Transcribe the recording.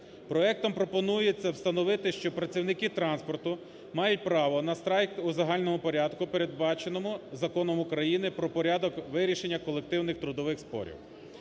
Проектом пропонується встановити, що працівники транспорту мають право на страйк у загальному порядку, передбаченому Законом України про порядок вирішення колективних трудових спорів.